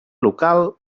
local